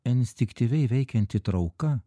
instinktyviai veikianti trauka